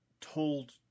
told